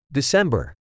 December